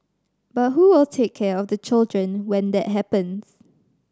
but who will take care of the children when that happens